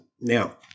Now